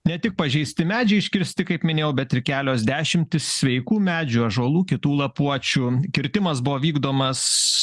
ne tik pažeisti medžiai iškirsti kaip minėjau bet ir kelios dešimtys sveikų medžių ąžuolų kitų lapuočių kirtimas buvo vykdomas